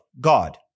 God